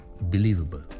believable